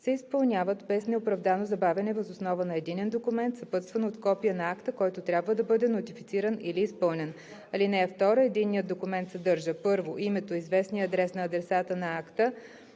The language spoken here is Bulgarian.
се изпълняват без неоправдано забавяне въз основа на единен документ, съпътстван от копие на акта, който трябва да бъде нотифициран или изпълнен. (2) Eдинният документ съдържа: 1. името, известния адрес на адресата на акта